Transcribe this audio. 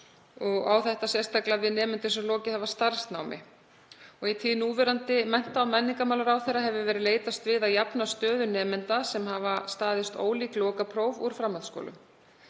og á þetta sérstaklega við nemendur sem lokið hafa starfsnámi. Í tíð núverandi mennta- og menningarmálaráðherra hefur verið leitast við að jafna stöðu nemenda sem hafa staðist ólík lokapróf úr framhaldsskólum.